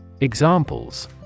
Examples